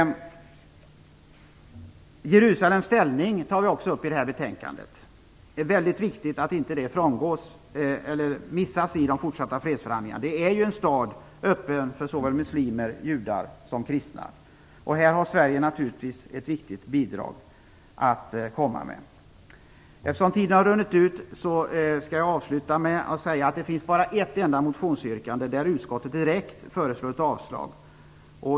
Jerusalems ställning tar vi också upp i betänkandet. Det är väldigt viktigt att den frågan inte missas i de fortsatta fredsförhandlingarna. Det är en stad öppen för såväl muslimer, judar som kristna. Sverige har ett viktigt bidrag att komma med. Eftersom tiden har runnit ut skall jag avsluta med att säga att det bara finns ett enda motionsyrkande där utskottet direkt föreslår ett avslag.